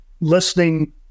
listening